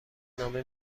نامه